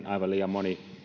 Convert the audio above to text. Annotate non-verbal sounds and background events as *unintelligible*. *unintelligible* aivan liian moni